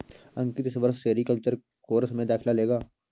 अंकित इस वर्ष sericulture course में दाखिला लेगा